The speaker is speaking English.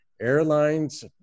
airlines